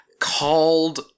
called